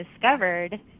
discovered